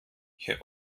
herr